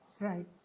Right